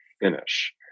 finish